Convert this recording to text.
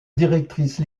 directrice